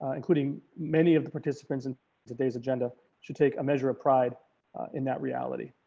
including many of the participants in today's agenda should take a measure of pride in that reality.